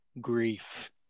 grief